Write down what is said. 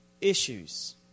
issues